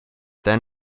then